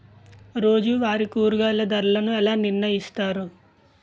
రోజువారి కూరగాయల ధరలను ఎలా నిర్ణయిస్తారు?